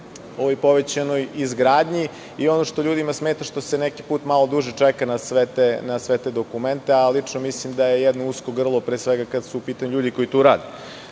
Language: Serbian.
svojoj povećanoj izgradnji. Ono što ljudima smeta je što se neki put malo duže čeka na sve te dokumente, ali mislim da je jedno usko grlo kada su u pitanju ljudi koji tu